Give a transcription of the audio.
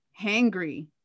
hangry